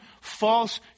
false